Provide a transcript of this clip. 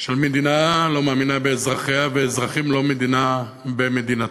שמדינה לא מאמינה באזרחיה ואזרחים לא במדינתם,